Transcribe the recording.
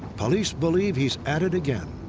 police believe he's at it again.